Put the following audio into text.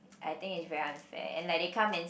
I think it's very unfair and like they come in